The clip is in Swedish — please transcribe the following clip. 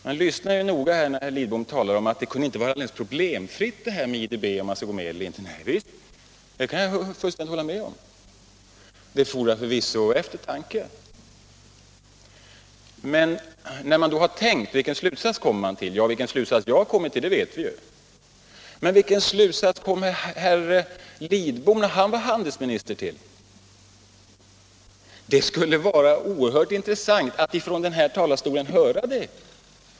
Man lyssnade noga när herr Lidbom sade att det inte kan vara alldeles problemfritt att gå med i IDB. Det kan också jag fullständigt hålla med om. Det fordrar förvisso eftertanke. Men när man har tänkt färdigt, vilken slutsats kommer man då fram till? Ja, vilken slutsats jag har kommit fram till vet vi ju. Men vilken slutsats kom herr Lidbom fram till när han var handelsminister? Det skulle vara oerhört intressant att från denna talarstol få höra det.